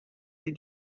sie